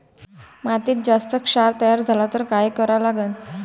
मातीत जास्त क्षार तयार झाला तर काय करा लागन?